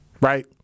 right